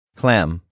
clam